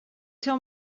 till